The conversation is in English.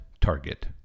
target